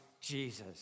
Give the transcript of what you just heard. Jesus